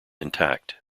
intact